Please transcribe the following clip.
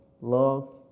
love